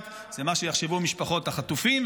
זה מה שיחשבו משפחות החטופים,